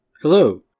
Hello